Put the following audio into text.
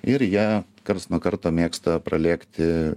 ir ja karts nuo karto mėgsta pralėkti